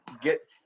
get